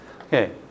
Okay